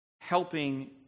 helping